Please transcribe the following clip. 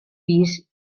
pis